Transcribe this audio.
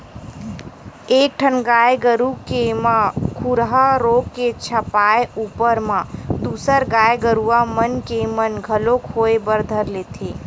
एक ठन गाय गरु के म खुरहा रोग के छपाय ऊपर म दूसर गाय गरुवा मन के म घलोक होय बर धर लेथे